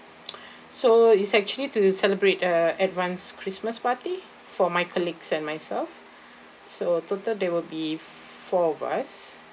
so it's actually to celebrate err advance christmas party for my colleagues and myself so total there will be four of us